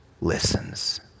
listens